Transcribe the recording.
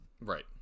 Right